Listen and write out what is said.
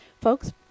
Folks